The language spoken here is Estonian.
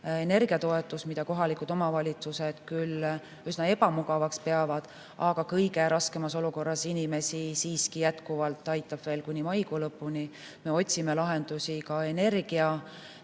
energiatoetus, mida kohalikud omavalitsused küll üsna ebamugavaks peavad, aga kõige raskemas olukorras inimesi see siiski jätkuvalt aitab kuni maikuu lõpuni. Me otsime lahendusi ka